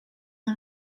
een